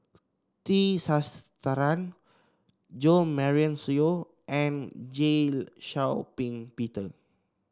T Sasitharan Jo Marion Seow and Shau Ping Peter